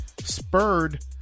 spurred